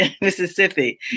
Mississippi